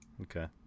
Okay